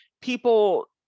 people